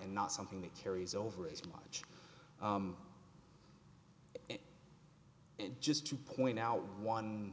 and not something that carries over as much and just to point out one